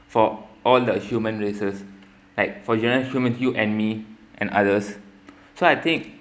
for all the human races like for generally humans you and me and others so I think